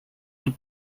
του